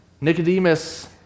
Nicodemus